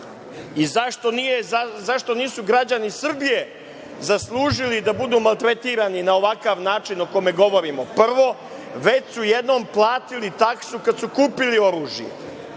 nisu građani Srbije zaslužili da budu maltretirani na ovakav način o kome govorimo. Prvo, već su jednom platili taksu kada su kupili oružje.